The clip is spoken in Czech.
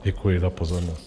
Děkuji za pozornost.